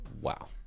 Wow